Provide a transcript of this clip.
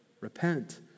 repent